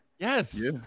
Yes